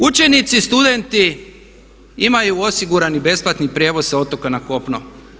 Učenici, studenti imaju osigurani besplatni prijevoz sa otoka na kopno.